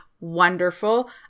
wonderful